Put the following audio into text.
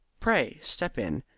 pray step in.